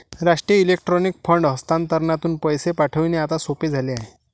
राष्ट्रीय electronic fund हस्तांतरणातून पैसे पाठविणे आता सोपे झाले आहे